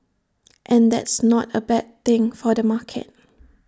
and that's not A bad thing for the market